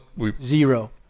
zero